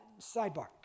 sidebar